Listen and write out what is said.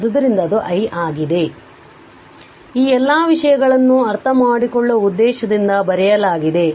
ಆದ್ದರಿಂದ ಈ ಎಲ್ಲ ವಿಷಯಗಳನ್ನು ಅರ್ಥಮಾಡಿಕೊಳ್ಳುವ ಉದ್ದೇಶದಿಂದ ಬರೆಯಲಾಗಿದೆ